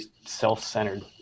self-centered